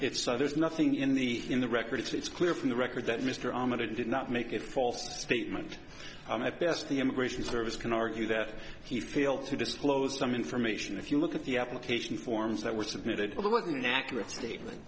it's so there's nothing in the in the record it's clear from the record that mr armitage did not make it false statement at best the immigration service can argue that he failed to disclose some information if you look at the application forms that were submitted along with an accurate statement